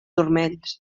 turmells